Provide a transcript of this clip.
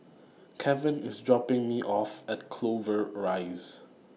Keven IS dropping Me off At Clover Rise